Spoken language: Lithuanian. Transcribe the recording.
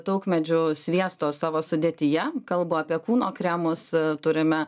taukmedžių sviesto savo sudėtyje kalbu apie kūno kremus turime